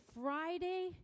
Friday